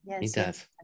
Yes